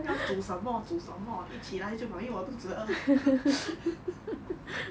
要煮什么煮什么一起来就好因为我肚子饿